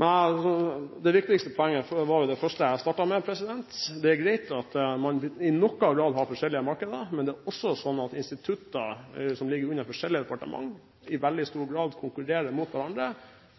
Det viktigste poenget var det jeg startet med: Det er greit at man i noen grad har forskjellige markeder. Men det er også sånn at institutter som ligger under forskjellige departementer, i veldig stor grad konkurrerer mot hverandre